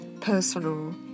personal